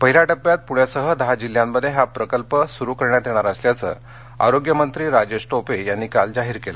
पहिल्या टप्प्यात पृण्यासह दहा जिल्ह्यांमध्ये हा प्रकल्प सुरु करण्यात येणार असल्याचे आरोग्य मंत्री राजेश टोपे यांनी काल जाहीर केले